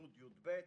י'-י"ב,